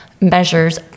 measures